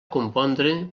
compondre